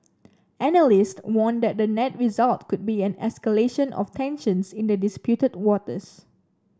analysts warn that the net result could be an escalation of tensions in the disputed waters